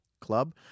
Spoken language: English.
Club